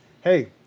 hey